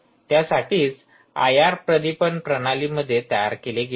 त्यासाठीच आयआर प्रदीपन प्रणालीमध्ये तयार केले गेले आहे